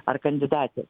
ar kandidatei